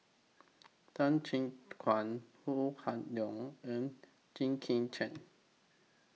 Tan Chin Tuan Ho Kah Leong and Jit Koon Ch'ng